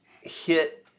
hit